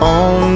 on